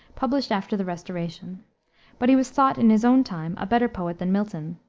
published after the restoration but he was thought in his own time a better poet than milton.